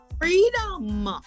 freedom